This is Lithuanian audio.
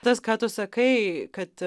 tas ką tu sakai kad